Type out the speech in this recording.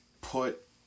put